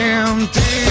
empty